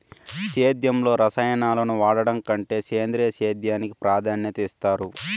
సేద్యంలో రసాయనాలను వాడడం కంటే సేంద్రియ సేద్యానికి ప్రాధాన్యత ఇస్తారు